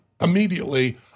immediately